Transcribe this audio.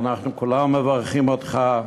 ואנחנו כולם מברכים אותך.